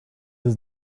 his